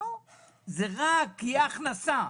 זו רק תהיה הכנסה.